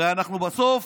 הרי בסוף